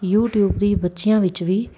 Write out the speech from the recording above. YouTube ਦੀ ਬੱਚਿਆਂ ਵਿੱਚ ਵੀ